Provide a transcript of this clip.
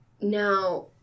Now